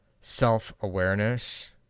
self-awareness